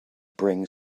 bring